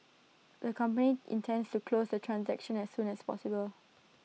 the company intends to close the transaction as soon as possible